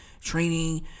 training